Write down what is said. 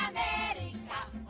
America